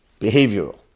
Behavioral